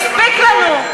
קראנו והספיק לנו.